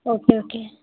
okay okay